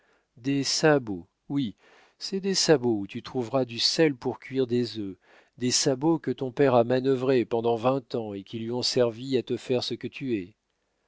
des sabots oui c'est des sabots où tu trouveras du sel pour cuire des œufs des sabots que ton père a manœuvrés pendant vingt ans qui lui ont servi à te faire ce que tu es